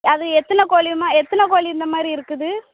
அது எத்தனை கோழிம்மா எத்தனை கோழி இந்த மாதிரி இருக்குது